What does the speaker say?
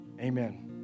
Amen